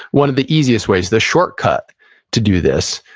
one of the easiest ways, the shortcut to do this,